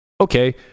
okay